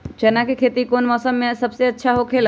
चाना के खेती कौन मौसम में सबसे अच्छा होखेला?